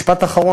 משפט אחרון,